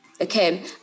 okay